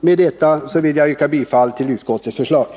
Med detta vill jag yrka bifall till utskottets hemställan.